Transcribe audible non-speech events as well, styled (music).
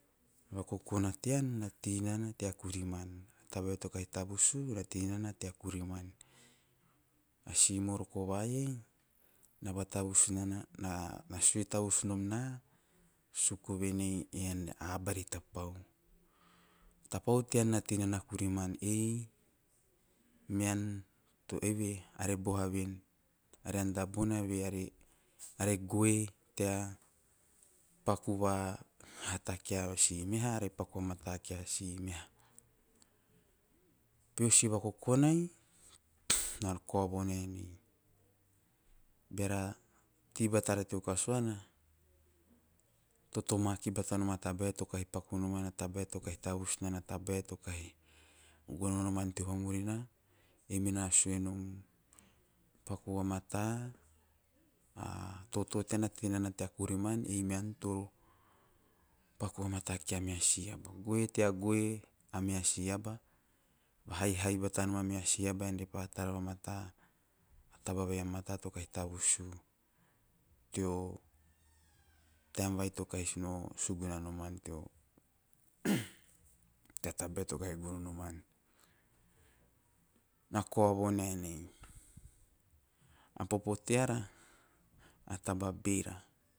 O vakokona tean na tei nana tea kuriman a tabae to kahi tavus una tei nana tea kuriman - a tabae to kahi tavus on na tei nana tea kuriman. O si moroko va iei na vatavus nana, na sue tavus nom na suku venei a aba re tapau, tapau tean na tei nana kuriman ei mean toro, are bohaven, are anda bonave are, are goe tea paku va hata kia si meha are paku vamata kie si meha. O peho si vakokonai na kao no naenei beara tei batara teo kasuana, to make batanomm a tabae to kahi paku noman teo vamurina, ei mena guei nom a toto tean na tei nana tea kuriman ei mean toro paku vamata kia meha si aba goe tea goe a meha si aba, haihai batanom a meha si aba ean me re pa tara vamata a taba vai a mata to kahi, tavus u teo taem vai to kahi suguna noman teo (hesitation) tea tabae to kahi gono noman. Na kao no naenei a popo tea ra a taba bera